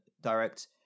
direct